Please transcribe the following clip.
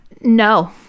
no